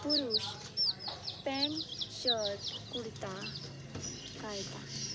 पुरुश pant shirt kurta घालता